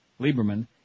Lieberman